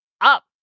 up